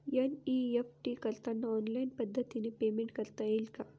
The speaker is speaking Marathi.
एन.ई.एफ.टी करताना ऑनलाईन पद्धतीने पेमेंट करता येते का?